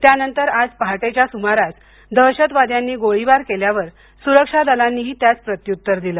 त्यानंतर आज पहाटेच्या सुमारास दहशतवाद्यांनी गोळीबार केल्यावर सुरक्षा दलांनीही त्यास प्रत्युत्तर दिलं